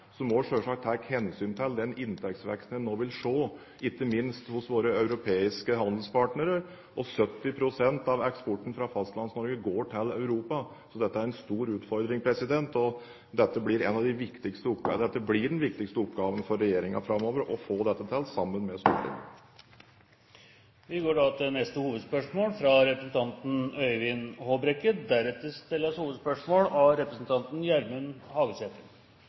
hensyn til den inntektsveksten en nå vil se, ikke minst hos våre europeiske handelspartnere. 70 pst. av eksporten fra Fastlands-Norge går til Europa, så dette er en stor utfordring, og den viktigste oppgaven for regjeringen framover blir å få dette til sammen med Stortinget. Vi går til neste hovedspørsmål. Spørsmålet går til kommunalministeren. Som vi alle erfarer hver eneste dag, er det stor kamp om de store pengene i velferdsstaten vår. Noen av